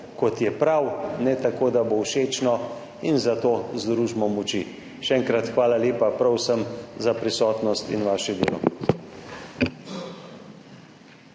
kot je prav, ne tako, da bo všečno, in za to združimo moči. Še enkrat, hvala lepa prav vsem za prisotnost in vaše delo.